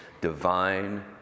divine